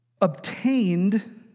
Obtained